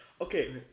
Okay